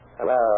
Hello